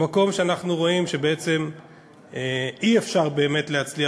במקום שאנחנו רואים שבעצם אי-אפשר באמת להצליח,